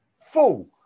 full